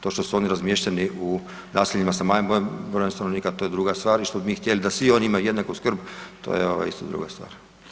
To što su oni razmješteni u naseljima sa manjim brojem stanovnika to je druga stvar i što bi mi htjeli da svi oni imaju jednaku skrb, to je ovaj isto druga stvar.